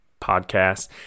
Podcast